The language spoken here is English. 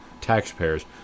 taxpayers